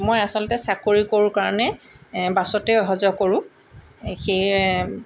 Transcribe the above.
মই আচলতে চাকৰি কৰোঁ কাৰণে বাছতেই অহা যোৱা কৰোঁ সেয়ে